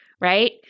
right